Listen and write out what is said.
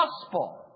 gospel